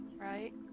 Right